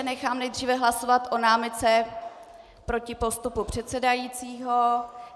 Nechám nejdříve hlasovat o námitce proti postupu předsedajícího.